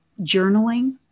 journaling